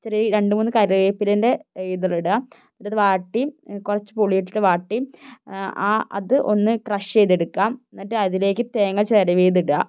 ചെറിയ രണ്ടുമൂന്നു കറിവേപ്പിലേൻ്റെ ഇതളിടുക എന്നിട്ട് അതു വാട്ടി കുറച്ച് പുളി ഇട്ടിട്ട് വാട്ടി ആ അത് ഒന്ന് ക്രഷ് ചെയ്ത് എടുക്കാം എന്നിട്ട് അതിലേയ്ക്ക് തേങ്ങ ചിരവിയത് ഇടുക